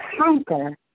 conquer